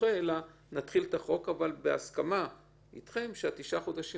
שדוחה אלא שנעביר את החוק בהסכמה איתכם שתשעת החודשים